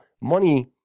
money